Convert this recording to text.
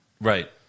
Right